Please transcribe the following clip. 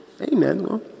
Amen